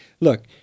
look